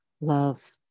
love